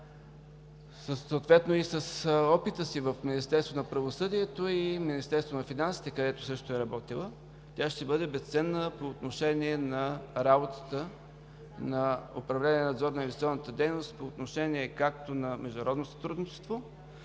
съответно и в Министерството на правосъдието и Министерството на финансите, където също е работила, тя ще бъде безценна за работата на управление „Надзор на инвестиционната дейност“ както по отношение на международното сътрудничество,